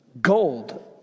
Gold